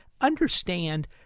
understand